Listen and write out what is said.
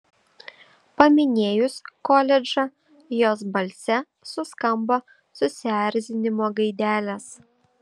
paminėjus koledžą jos balse suskambo susierzinimo gaidelės